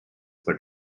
for